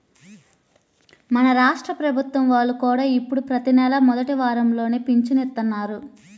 మన రాష్ట్ర ప్రభుత్వం వాళ్ళు కూడా ఇప్పుడు ప్రతి నెలా మొదటి వారంలోనే పింఛను ఇత్తన్నారు